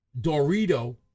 Dorito